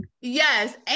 yes